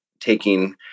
taking